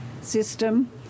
system